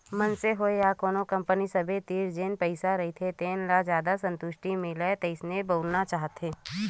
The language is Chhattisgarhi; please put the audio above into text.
मनसे होय या कोनो कंपनी सबे तीर जेन भी पइसा रहिथे तेन ल जादा संतुस्टि मिलय तइसे बउरना चाहथे